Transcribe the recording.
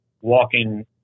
walking